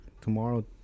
Tomorrow